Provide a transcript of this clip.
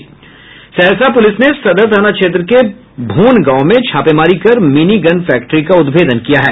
Saharsa police ने सदर थाना क्षेत्र के भोन गांव में छापेमारी कर मिनी गन फैक्ट्री का उद्भेदन किया है